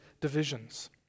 divisions